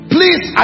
Please